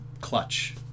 clutch